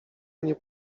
nie